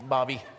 Bobby